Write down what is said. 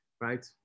right